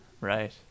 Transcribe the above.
Right